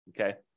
okay